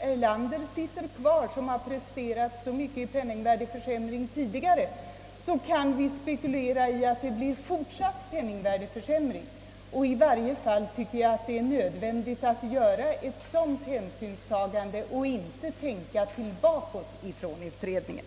Erlander, som tidigare presterat så mycket i fråga om penningvärdeförsämring, sitter kvar kan vi räkna med en fortsatt penningvärdeförsämring. Det är nödvändigt att i varje fall ta hänsyn till detta och inte tänka bakåt och ändra utredningens förslag i den andra riktningen.